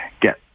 get